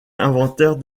inventaire